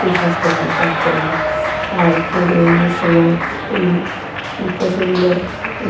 সুস্বাস্থ্য হয় তার জন্য আর প্রজননের সময় পশুগুলো